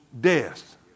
death